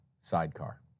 sidecar